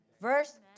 Verse